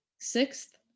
Sixth